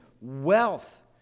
wealth